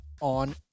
on